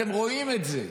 אתם רואים את זה.